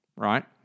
right